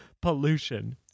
pollution